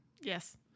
Yes